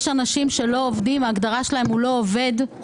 יש אנשים שלא עובדים, ההגדרה שלהם היא לא "עובד".